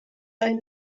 ein